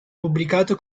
pubblicato